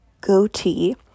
goatee